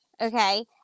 Okay